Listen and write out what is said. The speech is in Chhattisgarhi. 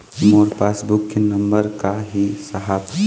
मोर पास बुक के नंबर का ही साहब?